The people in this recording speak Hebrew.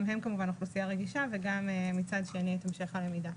הם כמובן אוכלוסייה רגישה וגם מצד שני את המשך הלמידה.